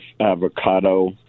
avocado